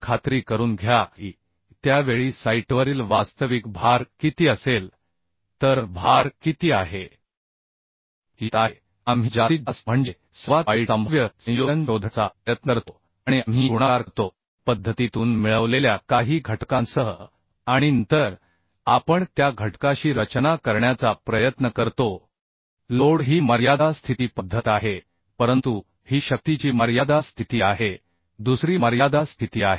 खात्री करून घ्या की त्या वेळी साइटवरील वास्तविक भार किती असेल तर भार किती आहे येत आहे आपण जास्तीत जास्त म्हणजे सर्वात वाईट संभाव्य संयोजन शोधण्याचा प्रयत्न करतो आणि आपण गुणाकार करतो पद्धतीतून मिळवलेल्या काही घटकांसह आणि नंतर आपण त्या घटकाशी रचना करण्याचा प्रयत्न करतो लोड ही मर्यादा स्थिती पद्धत आहे परंतु ही शक्तीची मर्यादा स्थिती आहे दुसरी मर्यादा स्थिती आहे